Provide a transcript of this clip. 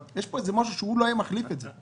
אבל יש פה משהו שהוא לא היה מחליף אותו.